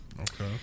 Okay